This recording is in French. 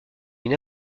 une